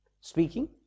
speaking